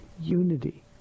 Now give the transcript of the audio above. unity